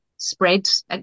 spreads